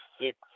six